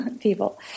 people